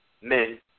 men